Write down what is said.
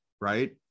right